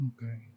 Okay